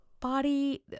body